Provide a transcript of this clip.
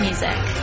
music